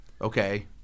Okay